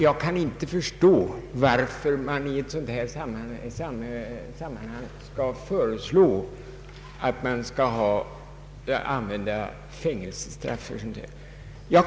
Jag kan inte förstå varför man i ett sådant här sammanhang föreslår att fängelsestraff skall utmätas.